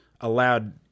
allowed